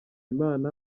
imana